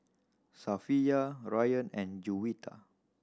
Safiya Ryan and Juwita